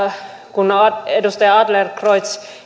kun edustaja adlercreutz